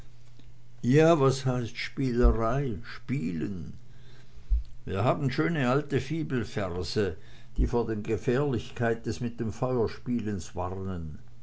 ja was heißt spielerei spielen wir haben schöne alte fibelverse die vor der gefährlichkeit des mit dem feuer spielens warnen